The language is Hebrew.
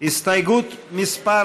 הסתייגות מס'